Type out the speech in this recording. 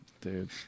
Dude